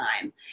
time